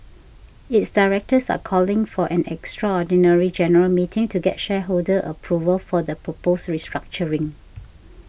its directors are calling for an extraordinary general meeting to get shareholder approval for the proposed restructuring